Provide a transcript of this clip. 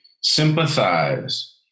sympathize